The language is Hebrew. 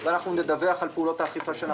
אנחנו נדווח על פעולות האכיפה שאנחנו עושים.